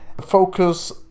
Focus